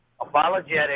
apologetic